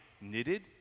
knitted